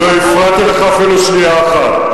לא הפרעתי לך אפילו שנייה אחת.